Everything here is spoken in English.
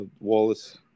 wallace